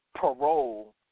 parole